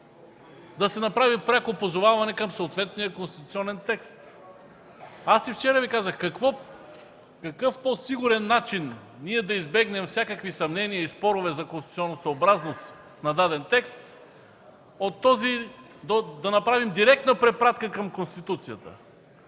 да се направи пряко позоваване към съответния конституционен текст. И вчера Ви казах: какъв по-сигурен начин да избегнем всякакви съмнения и спорове за конституционосъобразност на даден текст от този да направим директна препратка към Конституцията